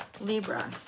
Libra